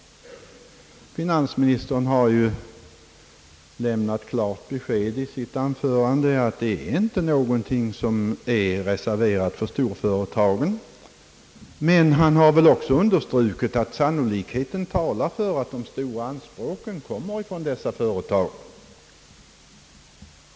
Finansministern har ju i sitt anförande lämnat klart besked om att det inte är så att bankens resurser reserverats för storföretagen. Finansministern har dock understrukit att sannolikheten talar för att de stora anspråken kommer från just dessa företag.